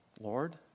Lord